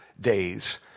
days